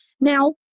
Now